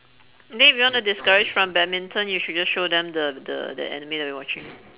then if you want to discourage from badminton you should just show them the the anime that we're watching